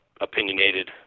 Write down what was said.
opinionated